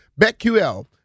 BetQL